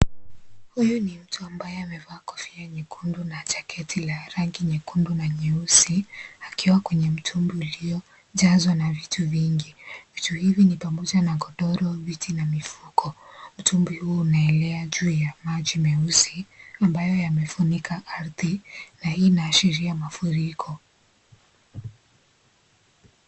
Huyu ni mtu ambaye amevaa kofia nyekundu na jaketi la rangi nyekundu na nyeusi, akiwa kwenye mtumbwi uliojazwa na vitu vingi. Vitu hivi ni pamoja na godoro ,viti na mifuko. Mtumbwi huo unaelea juu ya maji meusi, ambayo yamefunika ardhi na hii inaashiria mafuriko.